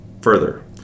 further